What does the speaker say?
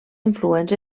influents